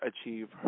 achieve